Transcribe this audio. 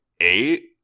eight